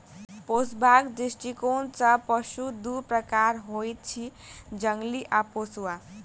पोसबाक दृष्टिकोण सॅ पशु दू प्रकारक होइत अछि, जंगली आ पोसुआ